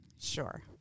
Sure